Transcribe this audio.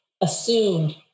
assumed